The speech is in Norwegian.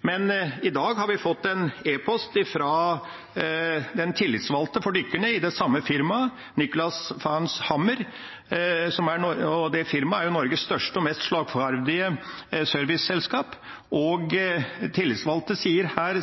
Men i dag har vi fått en e-post fra den tillitsvalgte for dykkerne i det samme firmaet, Nicolas Fares Hammer, og det firmaet er jo Norges største og mest slagferdige serviceselskap. Tillitsvalgte sier her: